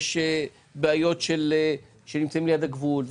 יש כאלה נמצאים ליד הגבול,